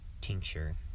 tincture